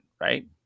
right